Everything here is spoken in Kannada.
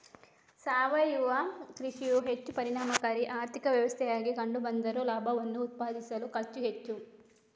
ಸಾವಯವ ಕೃಷಿಯು ಹೆಚ್ಚು ಪರಿಣಾಮಕಾರಿ ಆರ್ಥಿಕ ವ್ಯವಸ್ಥೆಯಾಗಿ ಕಂಡು ಬಂದರೂ ಲಾಭವನ್ನು ಉತ್ಪಾದಿಸಲು ಖರ್ಚು ಹೆಚ್ಚು